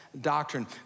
doctrine